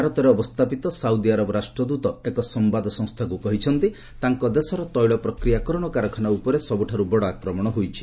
ଭାରତରେ ଅବସ୍ଥାପିତ Saudi Arab ରାଷ୍ଟ୍ରଦୂତ ଏକ ସମ୍ଭାଦ ସଂସ୍ଥାକୁ କହିଛନ୍ତି ତାଙ୍କ ଦେଶର ତେିଳ ପ୍ରକ୍ରିୟାକରଣ କାରଖାନା ଉପରେ ସବୁଠାରୁ ବଡ଼ ଆକ୍ରମଣ ହୋଇଛି